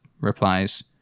replies